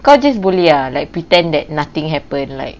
kau just boleh ah like pretend that nothing happened like